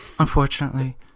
Unfortunately